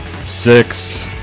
Six